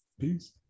Peace